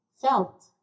felt